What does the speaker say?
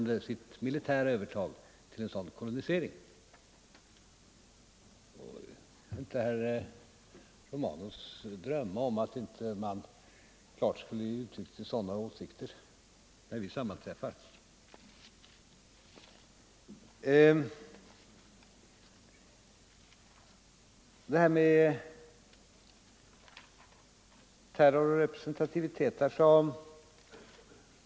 Det är självklart, herr Romanus, att jag klart uttrycker sådana åsikter när vi sammanträffar.